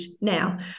now